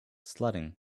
sledding